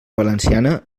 valenciana